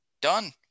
Done